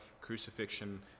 crucifixion